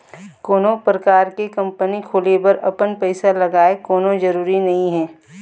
कोनो परकार के कंपनी खोले बर अपन पइसा लगय कोनो जरुरी नइ हे